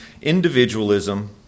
individualism